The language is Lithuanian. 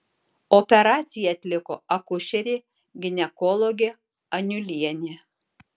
operaciją atliko akušerė ginekologė aniulienė